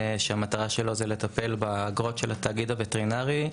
והמטרה שלו היא לטפל באגרות של התאגיד הווטרינרי,